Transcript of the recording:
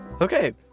Okay